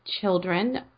children